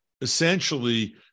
essentially